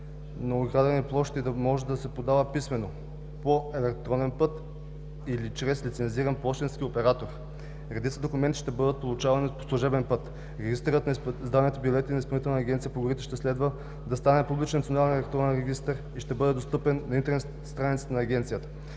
на оградени площи да може да се подава писмено, по електронен път или чрез лицензиран пощенски оператор. Редица документи ще бъдат получавани по служебен път. Регистърът на издадените билети на Изпълнителната агенция по горите ще следва да стане публичен национален електронен регистър и ще бъде достъпен на интернет страницата на Агенцията.